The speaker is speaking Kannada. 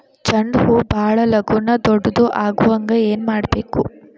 ಚಂಡ ಹೂ ಭಾಳ ಲಗೂನ ದೊಡ್ಡದು ಆಗುಹಂಗ್ ಏನ್ ಮಾಡ್ಬೇಕು?